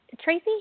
Tracy